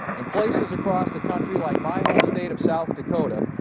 in places across the country like my home state of south dakota,